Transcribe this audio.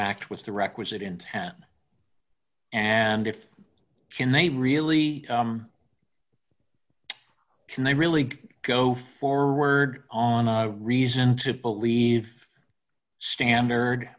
act with the requisite intent and if can they really can they really go forward on a reason to believe standard